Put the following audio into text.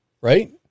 Right